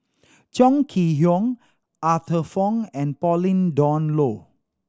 Chong Kee Hiong Arthur Fong and Pauline Dawn Loh